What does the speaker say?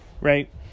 right